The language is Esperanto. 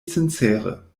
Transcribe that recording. sincere